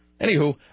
Anywho